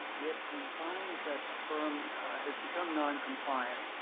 if we find that a firm has become non-compliant,